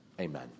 amen